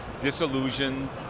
disillusioned